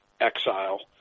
exile